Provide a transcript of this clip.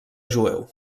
jueu